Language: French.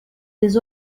les